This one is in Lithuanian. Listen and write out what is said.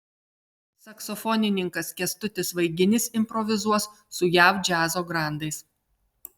saksofonininkas kęstutis vaiginis improvizuos su jav džiazo grandais